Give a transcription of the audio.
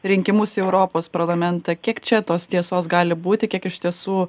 rinkimus į europos parlamentą kiek čia tos tiesos gali būti kiek iš tiesų